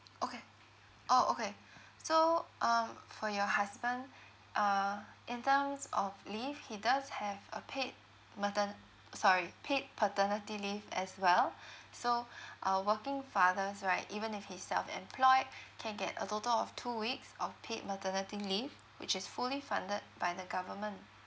okay orh okay so um for your husband uh in terms of leave he does have a paid matern~ sorry paid paternity leave as well so uh working fathers right even if he's self employed can get a total of two weeks of paid maternity leave which is fully funded by the government